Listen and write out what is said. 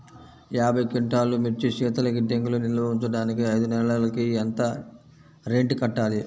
యాభై క్వింటాల్లు మిర్చి శీతల గిడ్డంగిలో నిల్వ ఉంచటానికి ఐదు నెలలకి ఎంత రెంట్ కట్టాలి?